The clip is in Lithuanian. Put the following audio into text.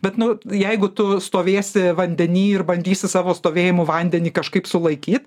bet nu jeigu tu stovėsi vandeny ir bandysi savo stovėjimu vandenį kažkaip sulaiky